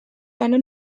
eine